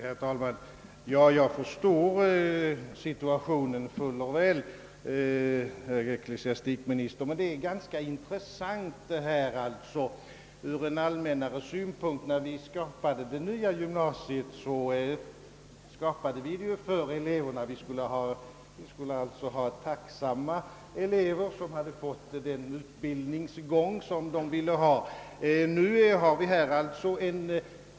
Herr talman! Jag förstår situationen fuller väl, herr ecklesiastikminister. Frågan är emellertid ganska intressant ur en allmännare synpunkt. Vi skapade det nya gymnasiet för eleverna. Vi skulle alltså få tacksamma elever, som fick den utbildningsgång de ville ha. Nu har vi fått en missnöjesyttring.